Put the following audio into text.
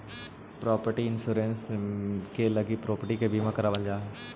property insurance के लगी property के बीमा करावल जा हई